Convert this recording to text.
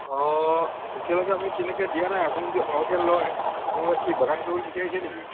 অঁ এতিয়ালৈকে আমি তেনেকৈ দিয়া নাই আপুনি যদি সৰহকৈ লয় আপোনালোকে কি বাগান কৰিবলৈ বিচাৰিছে নেকি